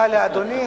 לא שכנעת אותנו.